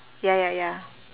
ya ya ya